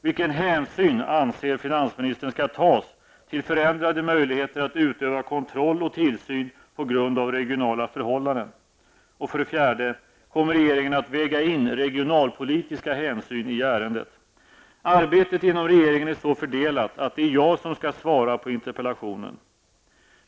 Vilken hänsyn anser finansministern skall tas till förändrade möjligheter att utöva kontroll och tillsyn på grund av regionala förhållanden? 4. Kommer regeringen att väga in regionalpolitiska hänsyn i ärendet? Arbetet inom regeringen är så fördelat att det är jag som skall svara på interpellationen.